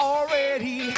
Already